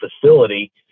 facility